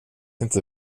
inte